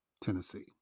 Tennessee